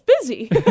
busy